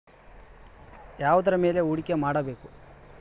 ಯಾವುದರ ಮೇಲೆ ಹೂಡಿಕೆ ಮಾಡಬೇಕು?